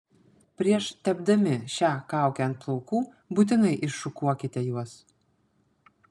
prieš tepdami šią kaukę ant plaukų būtinai iššukuokite juos